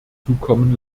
zukommen